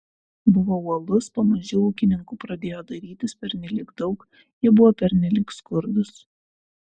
buvo uolus pamaži ūkininkų pradėjo darytis pernelyg daug jie buvo pernelyg skurdūs